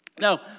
Now